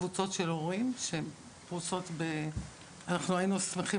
קבוצה של הורים ואנחנו היינו שמחים